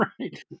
right